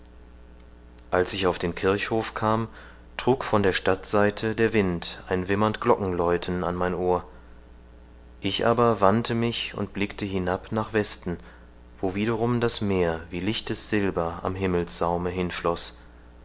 als ich auf den kirchhof kam trug von der stadtseite der wind ein wimmernd glockenläuten an mein ohr ich aber wandte mich und blickte hinab nach westen wo wiederum das meer wie lichtes silber am himmelssaume hinfloß